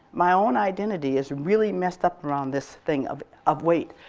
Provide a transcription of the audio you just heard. my own identity is really messed up around this thing of of weight,